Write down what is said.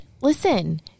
listen